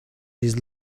his